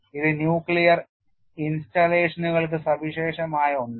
ഇത് ന്യൂക്ലിയർ ഇൻസ്റ്റാളേഷനുകൾക്ക് സവിശേഷമായ ഒന്നാണ്